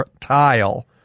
tile